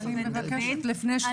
יש